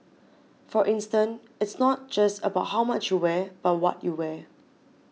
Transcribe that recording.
for instance it's not just about how much you wear but what you wear